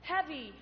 heavy